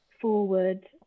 forward